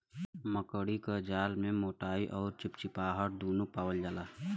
मकड़ी क जाला में मोटाई अउर चिपचिपाहट दुन्नु पावल जाला